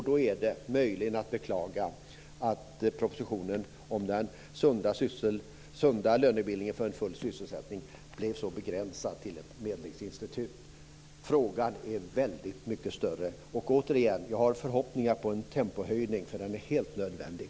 Då är det möjligen att beklaga att propositionen om den sunda lönebildningen för en full sysselsättning blev begränsad till ett förslag om ett medlingsinstitut. Frågan är väldigt mycket större. Återigen: Jag har förhoppningar om en tempohöjning, för den är helt nödvändig.